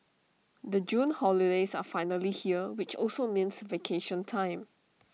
the June holidays are finally here which also means vacation time